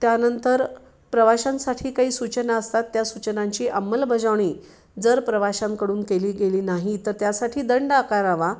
त्यानंतर प्रवाशांसाठी काही सूचना असतात त्या सूचनांची अंमलबजावणी जर प्रवाशांकडून केली गेली नाही तर त्यासाठी दंड आकारावा